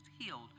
healed